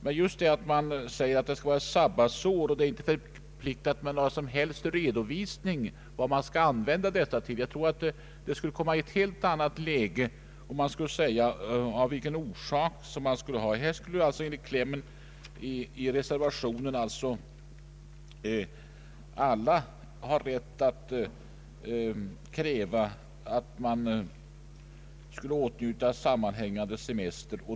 Men om det skall vara ett sabbatsår utan krav på några som helst redovisningar av vad man skall använda det till, tror jag att frågan kommer i ett helt annat läge. Enligt klämmen i reservationen skulle alla ha rätt att kräva sammanhängande semester.